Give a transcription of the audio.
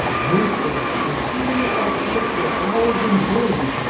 wasting, and treating it like shit for hours and days,